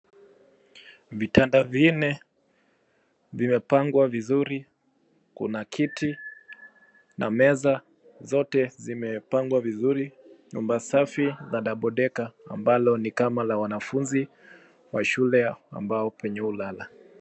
Vitanda vinne vimepangwa vizuri. Kuna kiti na meza, zote zimepangwa vizuri. Nyumba safi za double decker ambalo ni kama la wanafunzi wa shule ambao penye wao hulala.